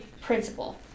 principle